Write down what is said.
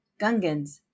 Gungans